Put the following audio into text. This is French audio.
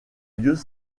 lieux